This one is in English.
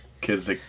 kids